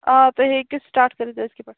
آ تُہۍ ہیٚکِو سِٹاٹ کٔرِتھ أزۍکہِ پیٚٹھ کُن